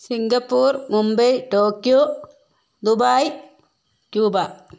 Singapore Mumbai Tokyo Dubai Cuba